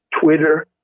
Twitter